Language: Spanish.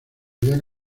había